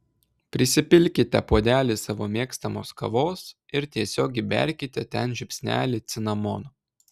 prisipilkite puodelį savo mėgstamos kavos ir tiesiog įberkite ten žiupsnelį cinamono